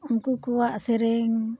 ᱩᱱᱠᱩ ᱠᱚᱣᱟᱜ ᱥᱮᱨᱮᱧ